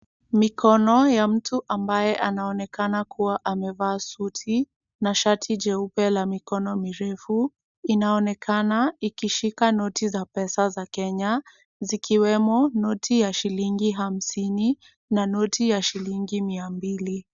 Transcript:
Mikono ya mtu ambaye anaonekana kuwa amevaa suti na shati jeupe la mikono mirefu, inaonekana ikishika noti za pesa za Kenya, zikiwemo noti ya shilingi hamsini na noti ya shilingi mia mbili.